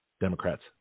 Democrats